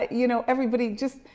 you know, everybody just,